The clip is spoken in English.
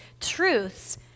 truths